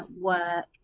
work